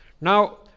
Now